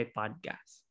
podcast